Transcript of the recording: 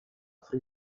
free